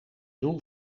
doel